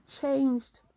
changed